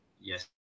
Yes